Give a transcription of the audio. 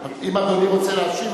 אם אדוני רוצה להשיב,